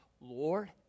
lord